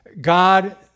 God